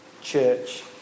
Church